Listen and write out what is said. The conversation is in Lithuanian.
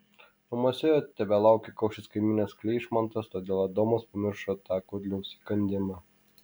namuose jo tebelaukė įkaušęs kaimynas kleišmantas todėl adomas pamiršo tą kudliaus įkandimą